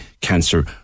cancer